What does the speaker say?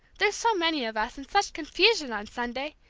there's so many of us, and such confusion, on sunday!